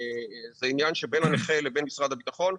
זה עניין של בין הנכה לבין משרד הביטחון,